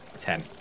Ten